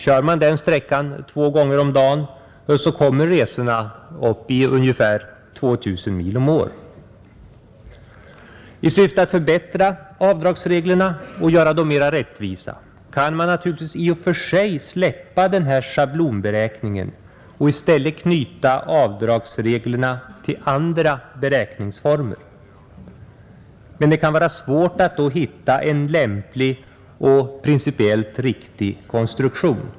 Kör man den sträckan två gånger om dagen kommer resorna upp i ungefär 2 000 mil om året. I syfte att förbättra avdragsreglerna och göra dem mera rättvisa kan man naturligtvis i och för sig släppa den här schablonberäkningen och i stället knyta avdragsreglerna till andra beräkningsformer. Men det kan vara svårt att då hitta en lämplig och principiellt riktig konstruktion.